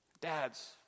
Dad's